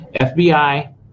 FBI